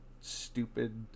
stupid